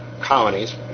colonies